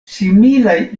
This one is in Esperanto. similaj